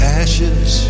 ashes